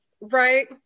Right